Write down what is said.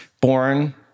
born